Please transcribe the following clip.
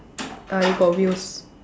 uh it got wheels